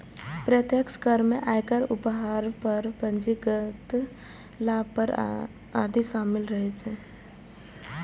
प्रत्यक्ष कर मे आयकर, उपहार कर, पूंजीगत लाभ कर आदि शामिल रहै छै